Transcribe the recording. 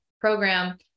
program